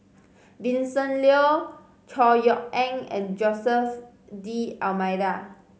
Vincent Leow Chor Yeok Eng and Jose D'Almeida